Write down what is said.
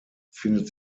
befindet